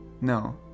no